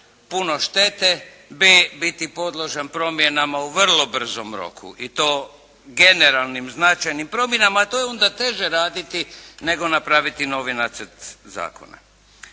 puno štete, b) biti podložan promjenama u vrlo brzom roku, i to generalnim značajnim promjenama a to je onda teže raditi nego napraviti novi nacrt zakona.